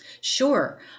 Sure